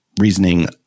reasoning